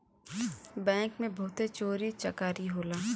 bank में बहुते चोरी चकारी होला